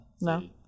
No